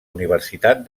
universitat